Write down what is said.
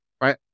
right